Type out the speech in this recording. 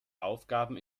aufgaben